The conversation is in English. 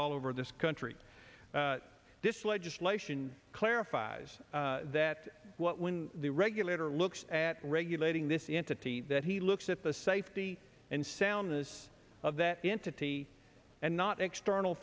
all over this country this legislation clarifies that when the regulator looks at regulating this into t that he looks at the safety and soundness of that entity and not external